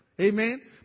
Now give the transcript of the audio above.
Amen